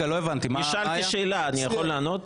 נשאלתי שאלה, אני יכול לענות?